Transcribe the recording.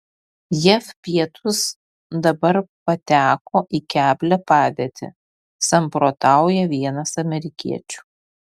jav pietūs dabar pateko į keblią padėtį samprotauja vienas amerikiečių